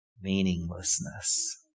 meaninglessness